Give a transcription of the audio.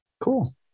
Cool